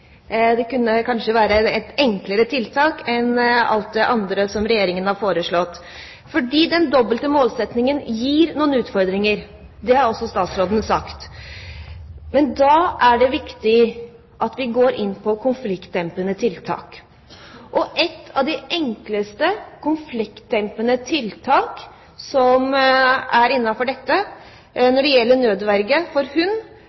Det ville kanskje være et enklere tiltak enn alt det andre Regjeringen har foreslått. Den dobbelte målsettingen gir noen utfordringer. Det har også statsråden sagt. Da er det viktig at vi går inn med konfliktdempende tiltak. Et av de enkleste konfliktdempende tiltak som er innenfor dette feltet som gjelder nødverge for